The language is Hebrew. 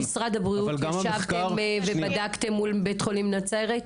משרד הבריאות, האם בדקתם מל בית החולים נצרת?